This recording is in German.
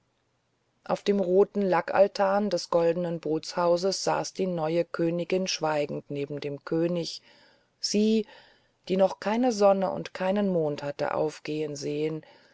auf dem roten lackaltan des goldenen boothauses saß die neue königin schweigend neben dem könig sie die noch keine sonne und keinen mond hatte aufgehen sehen